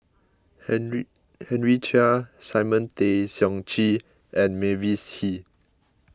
Henry Henry Chia Simon Tay Seong Chee and Mavis Hee